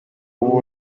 w’uwo